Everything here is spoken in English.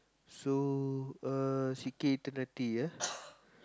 so uh C_K eternity ah